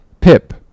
Pip